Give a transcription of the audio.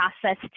process